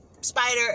spider